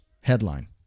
headline